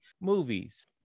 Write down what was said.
movies